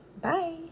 Bye